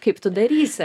kaip tu darysi